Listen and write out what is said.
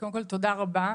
קודם כל תודה רבה.